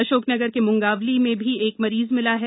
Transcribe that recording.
अशोकनगर के मुंगावली में भी एक मरीज मिला है